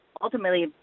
ultimately